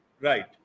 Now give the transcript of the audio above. right